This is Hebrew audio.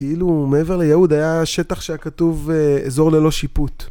כאילו מעבר ליהוד היה שטח שהיה כתוב אזור ללא שיפוט.